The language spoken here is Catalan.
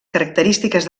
característiques